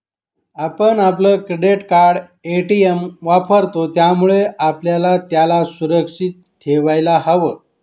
आपण आपलं credit card, ATM वापरतो, त्यामुळे आपल्याला त्याला सुरक्षित ठेवायला हव